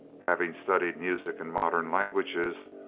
having studied music and modern languages,